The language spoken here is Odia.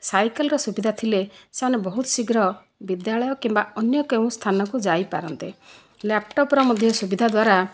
ସାଇକେଲର ସୁବିଧା ଥିଲେ ସେମାନେ ବହୁତ ଶୀଘ୍ର ବିଦ୍ୟାଳୟ କିମ୍ବା ଅନ୍ୟ କେଉଁ ସ୍ଥାନକୁ ଯାଇପାରନ୍ତେ ଲାପଟପ୍ର ମଧ୍ୟ ସୁବିଧା ଦ୍ଵାରା